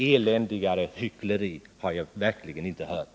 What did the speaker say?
Eländigare hyckleri har jag verkligen inte hört.